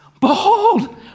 Behold